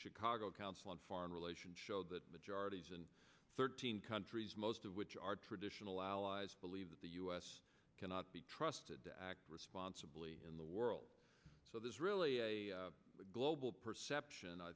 chicago council on foreign relations showed that majorities and thirteen countries most of which are traditional allies believe that the u s cannot be trusted to act responsibly in the world so there's really a globe perception i